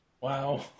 Wow